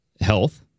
Health